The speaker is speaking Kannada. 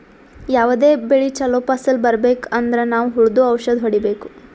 ಯಾವದೇ ಬೆಳಿ ಚೊಲೋ ಫಸಲ್ ಬರ್ಬೆಕ್ ಅಂದ್ರ ನಾವ್ ಹುಳ್ದು ಔಷಧ್ ಹೊಡಿಬೇಕು